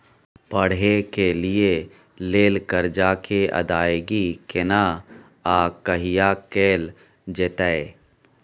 पढै के लिए लेल कर्जा के अदायगी केना आ कहिया कैल जेतै?